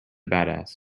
badass